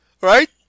right